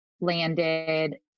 Landed